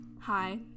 hi